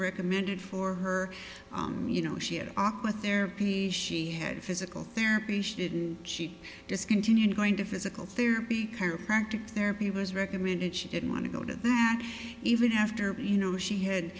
recommended for her you know she had off with their ph she had physical therapy she didn't keep discontinued going to physical therapy chiropractic therapy was recommended she didn't want to go to even after you know she had